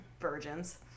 virgins